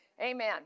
Amen